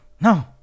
no